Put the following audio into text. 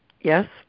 yes